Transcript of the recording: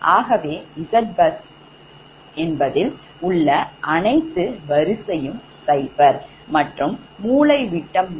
ஆகவே Zbus உள்ள அனைத்து வரிசையும் 0 மற்றும் மூலைவிட்டமும்ZbZk